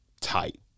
Tight